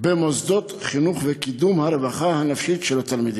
במוסדות חינוך וקידום הרווחה הנפשית של התלמידים.